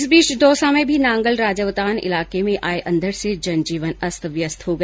इस बीच दौसा में भी नांगल राजावतान इलाके में आए अंधड़ से जनजीवन अस्त व्यस्त हो गया